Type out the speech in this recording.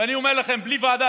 ואני אומר לכם בלי ועדה,